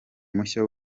mushya